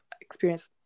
experience